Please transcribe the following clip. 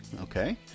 Okay